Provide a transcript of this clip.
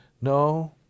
No